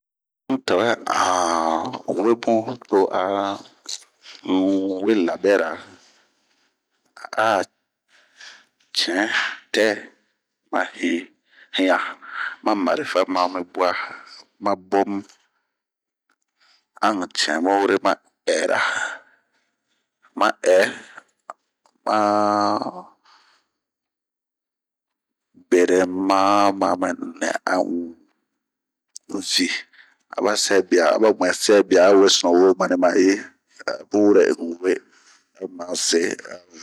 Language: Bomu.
N'yi tawɛ a we bunh ,ah nwe labɛnra ,a cɛn tɛɛ ma hinn, ma gua ,ma bombu, an n'cɛn bunwure ma ɛra. Ma hɛ ma benɛma ma nɛ aba sɛbia aba ɲuɛn sɛbia a weni ma yi, a bun n'se ama see a n'waramu.